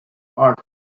art